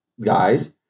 guys